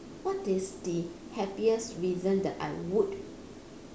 what is the happiest reason that I would